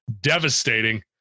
devastating